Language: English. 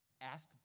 ask